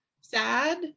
sad